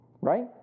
Right